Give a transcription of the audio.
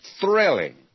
thrilling